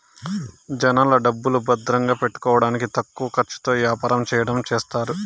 జనాల డబ్బులు భద్రంగా పెట్టుకోడానికి తక్కువ ఖర్చుతో యాపారం చెయ్యడం చేస్తారు